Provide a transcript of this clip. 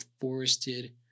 forested